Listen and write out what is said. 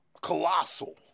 colossal